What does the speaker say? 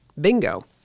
bingo